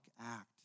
act